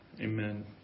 Amen